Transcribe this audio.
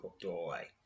doorway